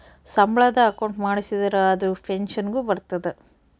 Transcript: ಸಂಬಳದ ಅಕೌಂಟ್ ಮಾಡಿಸಿದರ ಅದು ಪೆನ್ಸನ್ ಗು ಬರ್ತದ